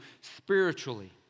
spiritually